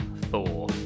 Thor